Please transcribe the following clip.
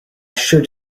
should